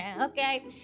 okay